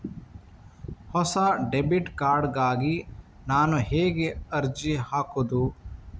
ಹೊಸ debit card ಗಾಗಿ ನಾನು ಹೇಗೆ ಅರ್ಜಿ ಹಾಕುದು?